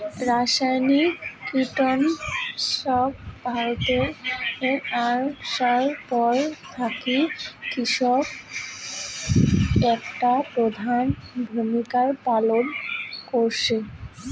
রাসায়নিক কীটনাশক ভারতত আইসার পর থাকি কৃষিত একটা প্রধান ভূমিকা পালন করসে